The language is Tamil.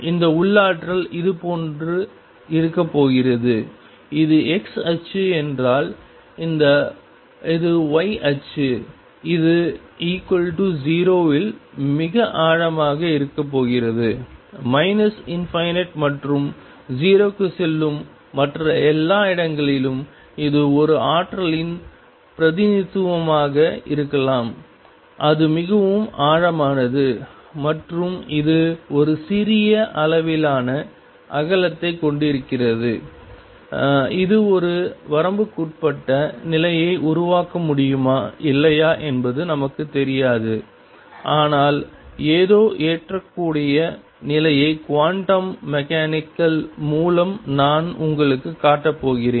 இந்த உள்ளாற்றல் இதுபோன்று இருக்கப் போகிறது இது x அச்சு என்றால் இது y அச்சு இது 0 இல் மிக ஆழமாக இருக்கப் போகிறது ∞ மற்றும் 0 க்குச் செல்லும் மற்ற எல்லா இடங்களிலும் இது ஒரு ஆற்றலின் பிரதிநிதித்துவமாக இருக்கலாம் இது மிகவும் ஆழமானது மற்றும் இது ஒரு சிறிய அளவிலான அகலத்தைக் கொண்டிருக்கிறது இது ஒரு வரம்புக்குட்பட்ட நிலையை உருவாக்க முடியுமா இல்லையா என்பது நமக்குத் தெரியாது ஆனால் ஏதோ ஏற்கக்கூடிய நிலையை குவாண்டம் மெக்கானிக்கல் மூலம் நான் உங்களுக்குக் காட்டப் போகிறேன்